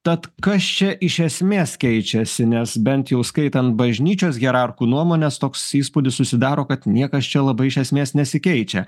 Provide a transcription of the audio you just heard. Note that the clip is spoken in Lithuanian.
tad kas čia iš esmės keičiasi nes bent jau skaitant bažnyčios hierarchų nuomones toks įspūdis susidaro kad niekas čia labai iš esmės nesikeičia